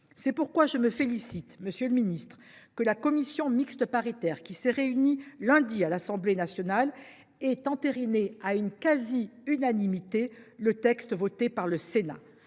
C’est pourquoi je me félicite, monsieur le ministre, que la commission mixte paritaire, qui s’est réunie lundi à l’Assemblée nationale, ait entériné, à la quasi unanimité, le texte voté par le Sénat.